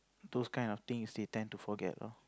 those kind of things they tend to forgot loh